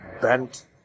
bent